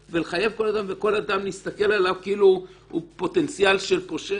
ולחייב כל אדם ולהסתכל על כל אדם כאילו הוא פוטנציאל של פושע.